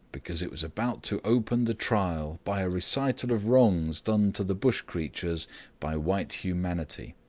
because it was about to open the trial by a recital of wrongs done to the bush creatures by white humanity.